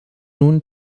nun